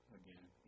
again